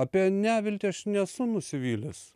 apie neviltį aš nesu nusivylęs